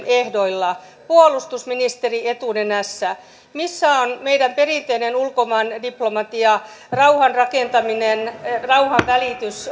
ehdoilla puolustusministeri etunenässä missä on meidän perinteinen ulkomaan diplomatia rauhan rakentaminen rauhanvälitys